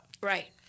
Right